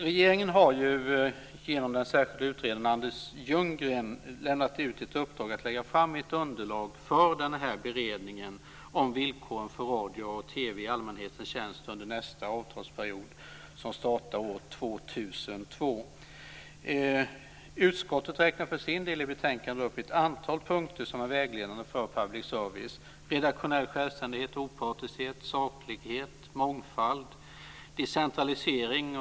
Regeringen har genom den särskilda utredaren Anders Ljunggren lämnat ut ett uppdrag att lägga fram ett underlag för den här beredningen om villkoren för radio och TV i allmänhetens tjänst under nästa avtalsperiod, som startar år 2002. Utskottet räknar för sin del i betänkandet upp ett antal punkter som är vägledande för public service: redaktionell självständighet, opartiskhet, saklighet, mångfald, decentralisering.